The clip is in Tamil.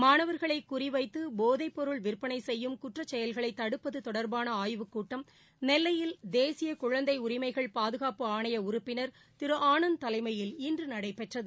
மாணவர்களை குறிவைத்து போதைப் பொருள் விற்பனை செய்யும் குற்றச் செயல்களை தடுப்பது தொடர்பான ஆய்வுக் கூட்டம் நெல்லையில் தேசிய குழந்தை உரிமைகள் பாதுகாப்பு ஆணைய உறுப்பினர் திரு ஆனந்த் தலைமையில் இன்று நடைபெற்றது